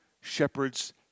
shepherd's